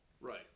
Right